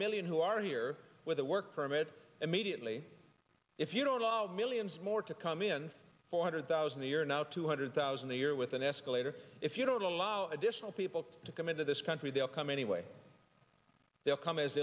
million who are here with a work permit immediately if you don't all the millions more to come in four hundred thousand here now two hundred thousand a year with an escalator if you don't allow additional people to come into this country they'll come anyway they'll come as